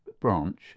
branch